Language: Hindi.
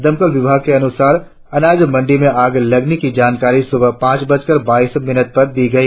दमकल विभाग के अनुसार आनाज मंडी में आग लगने की जानकारी सुबह पांच बजकर बाईस मिनट पर दी गई